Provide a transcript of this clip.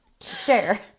share